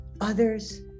others